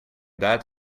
that